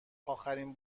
اخرین